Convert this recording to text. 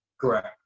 Correct